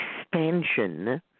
expansion